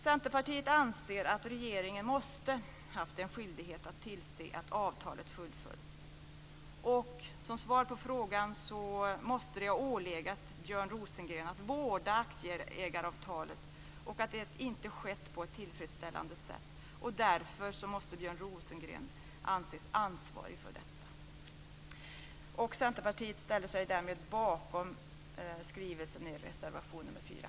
Centerpartiet anser att regeringen haft en skyldighet att tillse att avtalet fullföljts. Det måste ha ålegat Björn Rosengren att vårda aktieägaravtalet, och det har inte skett på ett tillfredsställande sätt. Därför måste Björn Rosengren anses ansvarig för detta. Centerpartiet ställer sig därmed bakom skrivningen i reservation nr 4.